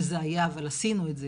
וזה היה, אבל עשינו את זה.